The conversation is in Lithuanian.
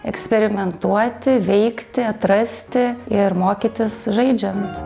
eksperimentuoti veikti atrasti ir mokytis žaidžiant